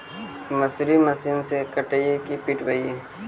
मसुरी मशिन से कटइयै कि पिटबै?